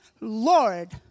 Lord